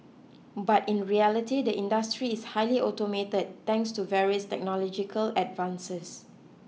but in reality the industry is highly automated thanks to various technological advances